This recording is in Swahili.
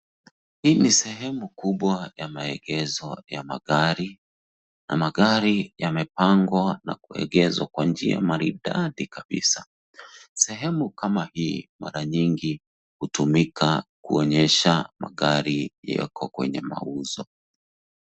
Hii ni sehemu kubwa ya maegesho ya magari, na magari yamepangwa na kuegeshwa kwa njia maridadi kabisa. Sehemu kama hii mara nyingi hutumika kuonyesha magari yako kwenye mauzo.